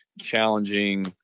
challenging